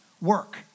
work